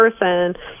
person